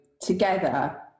together